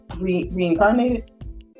reincarnated